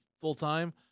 full-time